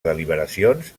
deliberacions